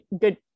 good